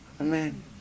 Amen